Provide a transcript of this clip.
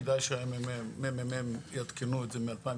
אולי כדאי שהממ"מ יעדכנו את זה משנת